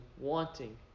wanting